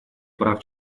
прав